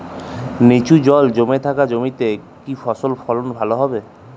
নিচু জল জমে থাকা জমিতে কি ফসল ফলন ভালো হবে?